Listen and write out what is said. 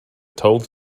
told